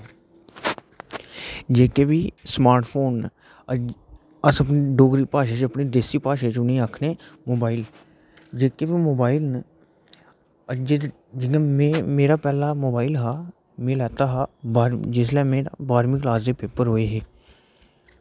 अज्ज जेह्की बी स्मार्टफोन न अस उ'नेंगी अपनी देसी भाशा डोगरी च इनेंगी आक्खने मोबाईल जेह्के बी ओह् मोबाईल न अज्जै दे जेह्का मेरा पैह्ला मोबाईल हा में लैता हा जिसलै मेरे बारहमीं क्लॉस च पेपर होए हे